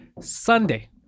Sunday